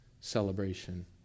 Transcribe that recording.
celebration